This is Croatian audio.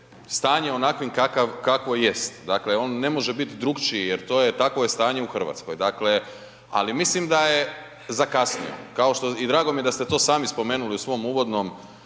stanje onakvim kakvo jest. Dakle, on ne može biti drugačiji, jer to je, takvo je stanje u Hrvatskoj. Dakle, ali mislim da je zakasnio, kao što je i drago mi je da ste to sami spomenuli u svom uvodnom